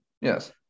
Yes